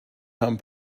become